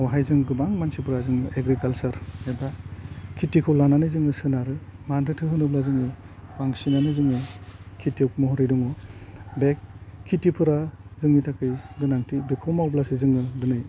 आवहाय जों गोबां मानसिफोरा जोंना एग्रिकालसार एबा खेथिखौ लानानै जोङो सोनारो मानो होनोब्ला जोङो बांसिनानो जोङो खेथियक महरै दङ बे खेथिफोरा जोंनि थाखै गोनांथि बेखौ मावब्लासो जोङो दिनै